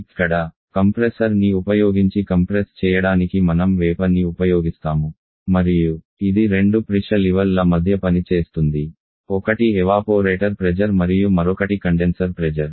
ఇక్కడ కంప్రెసర్ని ఉపయోగించి కంప్రెస్ చేయడానికి మనం ఆవిరిని ఉపయోగిస్తాము మరియు ఇది రెండు పీడన స్థాయిల మధ్య పనిచేస్తుంది ఒకటి ఎవాపోరేటర్ ప్రెజర్ మరియు మరొకటి కండెన్సర్ ప్రెజర్